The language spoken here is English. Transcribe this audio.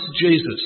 Jesus